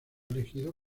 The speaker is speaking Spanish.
elegido